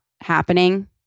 happening